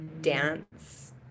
dance